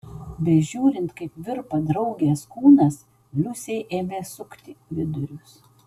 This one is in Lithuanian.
bežiūrint kaip virpa draugės kūnas liusei ėmė sukti vidurius